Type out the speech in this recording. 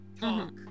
talk